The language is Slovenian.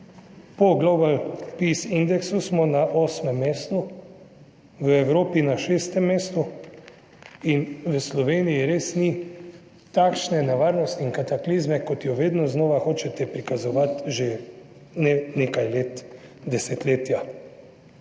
po Global Peace indeksu smo na 8. mestu, v Evropi na 6. mestu. In v Sloveniji res ni takšne nevarnosti in kataklizme, kot jo vedno znova hočete prikazovati že ne nekaj let, desetletja.